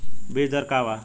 बीज दर का वा?